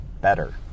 better